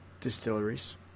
Distilleries